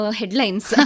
headlines